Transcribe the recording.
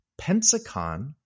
Pensacon